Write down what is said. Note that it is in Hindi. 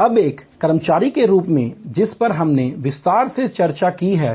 अब एक कर्मचारी के रूप में जिस पर हमने विस्तार से चर्चा की है